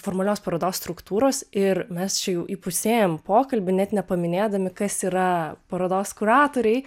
formalios parodos struktūros ir mes čia jau įpusėjom pokalbį net nepaminėdami kas yra parodos kuratoriai